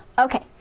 okay,